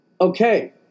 Okay